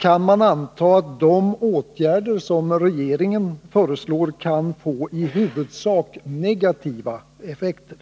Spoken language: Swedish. kan man anta att de åtgärder som regeringen föreslår kan få i huvudsak negativa effekter.